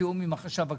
בתיאום עם החשב הכללי.